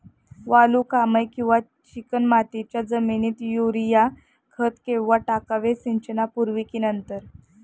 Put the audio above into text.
वालुकामय किंवा चिकणमातीच्या जमिनीत युरिया खत केव्हा टाकावे, सिंचनापूर्वी की नंतर?